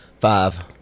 five